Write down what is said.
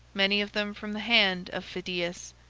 many of them from the hand of phidias.